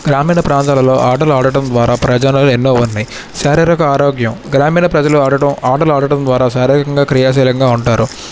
గ్రామీణ ప్రాంతాలలో ఆటలు ఆడడం ద్వారా ప్రయోజనాలు ఎన్నో ఉన్నయి శారీరక ఆరోగ్యం గ్రామీణ ప్రజలు ఆడడం ఆటలు ఆడటం ద్వారా శారీరికంగా క్రియాశీలికంగా ఉంటారు